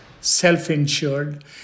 self-insured